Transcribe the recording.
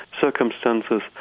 circumstances